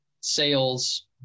sales